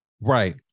Right